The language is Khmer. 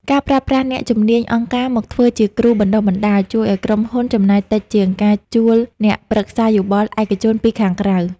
ការប្រើប្រាស់អ្នកជំនាញអង្គការមកធ្វើជាគ្រូបណ្ដុះបណ្ដាល ជួយឱ្យក្រុមហ៊ុនចំណាយតិចជាងការជួលអ្នកប្រឹក្សាយោបល់ឯកជនពីខាងក្រៅ។